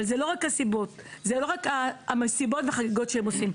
וזה לא רק המסיבות והחגיגות שהם עושים.